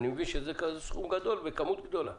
אני מבין שזה סכום גדול וכמות גדולה.